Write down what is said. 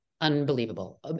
unbelievable